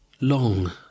long